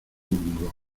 murmuró